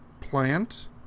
plant